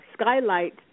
skylight